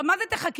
מה זה תחכי?